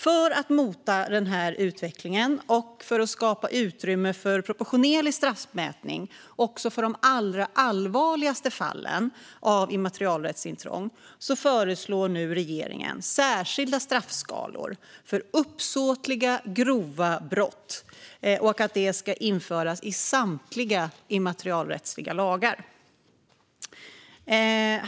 För att mota denna utveckling och för att skapa utrymme för proportionerlig straffmätning också för de allra allvarligaste fallen av immaterialrättsintrång föreslår nu regeringen särskilda straffskalor för uppsåtliga grova brott och att de ska införas i samtliga immaterialrättsliga lagar.